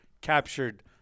captured